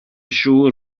siŵr